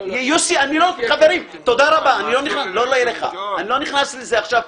לא נכנס לזה עכשיו.